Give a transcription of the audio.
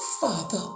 father